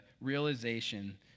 realization